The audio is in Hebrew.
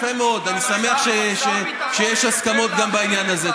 יפה מאוד, אני שמח שיש הסכמות גם בעניין הזה.